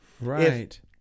Right